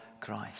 Christ